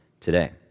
today